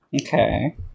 Okay